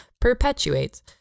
perpetuates